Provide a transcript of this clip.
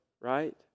right